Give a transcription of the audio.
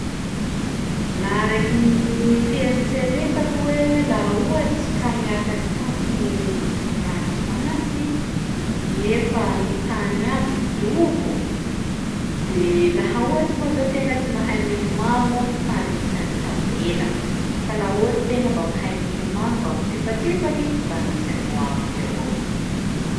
Laha arakin'ny fieritseretako hoe laha ohatsy ka miakatsy tampoko gny ranomasy nefa gny tany aby dobo, de laha ohatsy moa zao tegna tsy mahay milomagno fa agnisan'ny tavela, fa laha ohatsy tegna mba mahay milomagno mba mitipatipaky mba agnisan'ny ho avotsy avao.